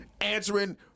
answering